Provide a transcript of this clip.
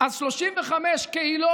אז 35 קהילות